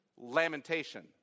lamentation